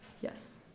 Yes